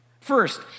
First